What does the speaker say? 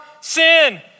sin